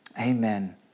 Amen